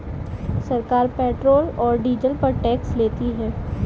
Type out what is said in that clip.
सरकार पेट्रोल और डीजल पर टैक्स लेती है